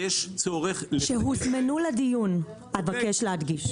שהוזמנו לדיון, אבקש להדגיש.